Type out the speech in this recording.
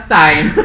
time